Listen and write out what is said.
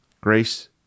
Grace